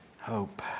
Hope